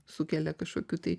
sukelia kažkokių tai